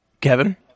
Kevin